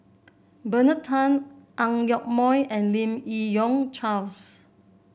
Bernard Tan Ang Yoke Mooi and Lim Yi Yong Charles